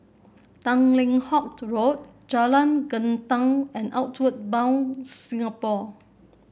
Tanglin Halt Road Jalan Gendang and Outward Bound Singapore